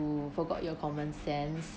forgot your common sense